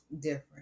different